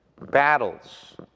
battles